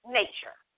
nature